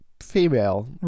female